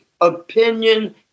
opinion